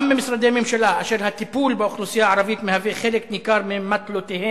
גם במשרדי ממשלה אשר הטיפול באוכלוסייה הערבית מהווה חלק ניכר ממטלותיהם